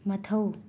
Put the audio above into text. ꯃꯊꯧ